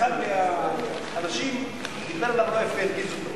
ואחד מהאנשים דיבר אליו לא יפה, הרגיז אותו.